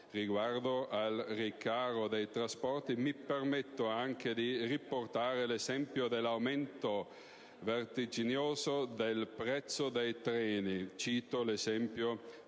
Riguardo al rincaro dei trasporti, mi permetto anche di riportare l'esempio dell'aumento vertiginoso del prezzo dei treni. Cito l'esempio